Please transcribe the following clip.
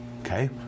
okay